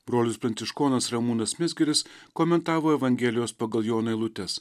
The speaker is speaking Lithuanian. brolis pranciškonas ramūnas mizgiris komentavo evangelijos pagal joną eilutes